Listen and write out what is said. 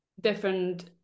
different